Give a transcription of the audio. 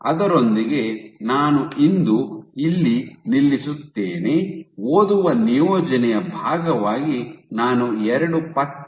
ಅದರೊಂದಿಗೆ ನಾನು ಇಂದು ಇಲ್ಲಿ ನಿಲ್ಲಿಸುತ್ತೀನಿ ಓದುವ ನಿಯೋಜನೆಯ ಭಾಗವಾಗಿ ನಾನು ಎರಡು ಪತ್ರಿಕೆಗಳನ್ನು ನೀಡುತ್ತೇನೆ